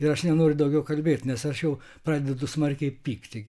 ir aš nenoriu daugiau kalbėti nes aš jau pradedu smarkiai pykti